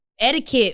Etiquette